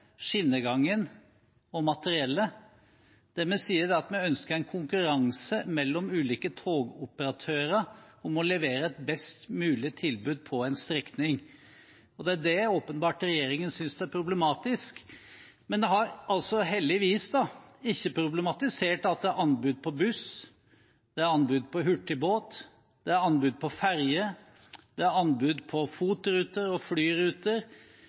skinnegangen og materiellet. Det vi sier, er at vi ønsker en konkurranse mellom ulike togoperatører om å levere et best mulig tilbud på en strekning. Det er åpenbart det som regjeringen synes er problematisk. Men de har heldigvis ikke problematisert at det er anbud på buss, hurtigbåt, ferje, FOT-ruter og andre flyruter, som går over hele landet. Det er anbud på veibygging – det er anbud på det aller meste. Det